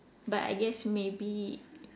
but I guess maybe